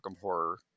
horror